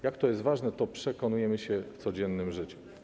Jak to jest ważne, to przekonujemy się w codziennym życiu.